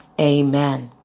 Amen